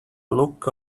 look